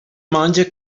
monja